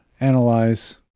Analyze